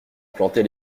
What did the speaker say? planter